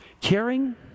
caring